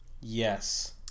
yes